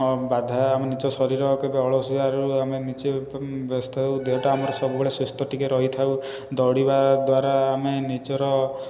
ବାଧା ଆମେ ନିଜ ଶରୀର କେବେ ଅଳସୁଆ ରହୁ ଆମେ ନିଜେ ବ୍ୟସ୍ତ ହେଉ ଦେହଟା ଆମର ସବୁବେଳେ ସୁସ୍ଥ ଟିକିଏ ରହିଥାଉ ଦୌଡ଼ିବାଦ୍ୱାରା ଆମେ ନିଜର